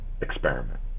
experiment